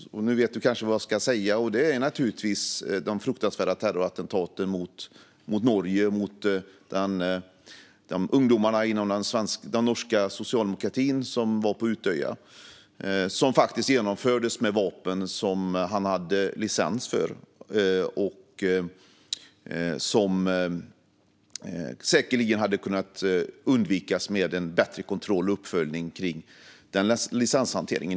Nu vet du kanske vad jag ska säga. Det är naturligtvis de fruktansvärda terrorattentaten i Norge mot de ungdomar inom socialdemokratin som var på Utøya. De genomfördes med vapen som han hade licens för. De hade säkerligen kunnat undvikas med en bättre kontroll och uppföljning av licenshanteringen.